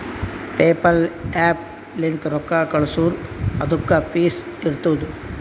PayPal app ಲಿಂತ್ ರೊಕ್ಕಾ ಕಳ್ಸುರ್ ಅದುಕ್ಕ ಫೀಸ್ ಇರ್ತುದ್